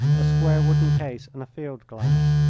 a square wooden case and a field-glass.